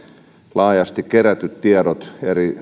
laajasti kerätyt tiedot